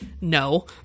no